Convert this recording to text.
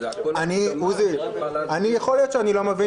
אז הכול --- עוזי, יכול להיות שאני לא מבין.